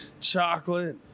chocolate